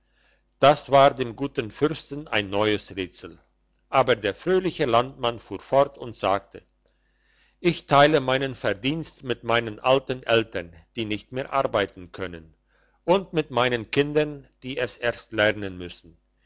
das war dem guten fürsten ein neues rätsel aber der fröhliche landmann fuhr fort und sagte ich teile meinen verdienst mit meinen alten eltern die nicht mehr arbeiten können und mit meinen kindern die es erst lernen müssen